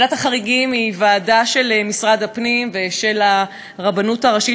ועדת החריגים היא ועדה של משרד הפנים ושל הרבנות הראשית,